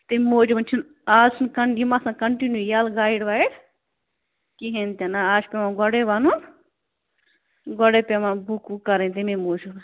تَمہِ موٗجوٗب چھُنہٕ اَز چھُنہٕ یِم آسان کنٹِنیٛوٗ یَلہٕ گایِڈ وایِڈ کِہیٖنٛۍ تہِ نہٕ اَز چھُ پٮ۪وان گۄڈے ونُن گۄڈے پٮ۪وان بُک وُک کٔرٕنۍ تَمے موٗجوٗب